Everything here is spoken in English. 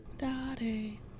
Daddy